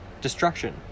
destruction